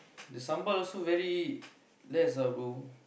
the sambal also very less ah bro